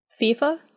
FIFA